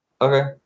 Okay